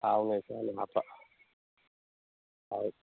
ꯍꯥꯎꯅ ꯆꯥꯟꯕ ꯍꯥꯞꯄ ꯑꯧ